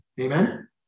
Amen